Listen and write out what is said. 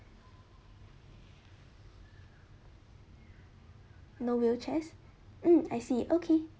no wheelchairs mm I see okay